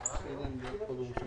מירי מאוד מתנגדת לזה.